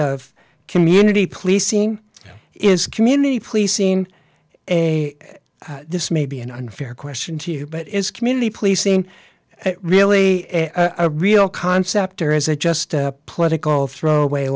of community policing is community policing a this may be an unfair question to you but is community policing really a real concept or is it just a political throwaway